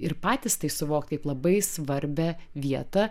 ir patys tai suvokti kaip labai svarbią vietą